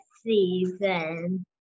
season